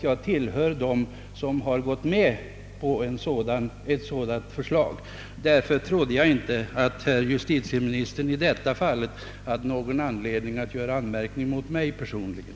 Jag tillhör dem som har gått med på förslaget, därför trodde jag inte att justitieministern hade någon anledning att rikta en speciell anmärkning mot mig personligen.